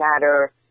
matter